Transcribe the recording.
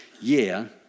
year